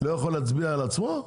לא יכול להצביע לעצמו?